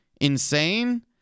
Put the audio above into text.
insane